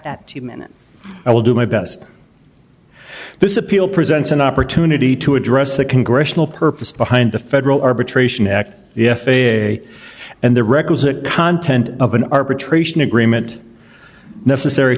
protect at the minute i will do my best this appeal presents an opportunity to address the congressional purpose behind the federal arbitration act the f a a and the requisite content of an arbitration agreement necessary